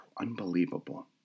unbelievable